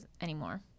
anymore